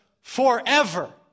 forever